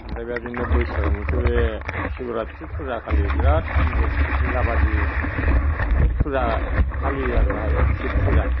ओमफ्राय बेबादिनो बोसोराव मोनसे बे सिब'रात्रि फुजाखालि बिराद गिदिर मेलाबादि मोनसे फुजा फालियो आरो बाहाय सिब फुजा